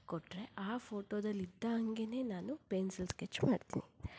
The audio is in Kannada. ಕೊಟ್ಟರೆ ಆ ಫೋಟೋದಲ್ಲಿದ್ದಾಂಗೆನೇ ನಾನು ಪೆನ್ಸಿಲ್ ಸ್ಕೆಚ್ ಮಾಡ್ತೀನಿ